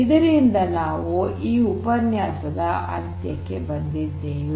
ಇದರೊಂದಿಗೆ ನಾವು ಈ ಉಪನ್ಯಾಸದ ಅಂತ್ಯಕ್ಕೆ ಬಂದಿದ್ದೇವೆ